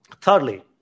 Thirdly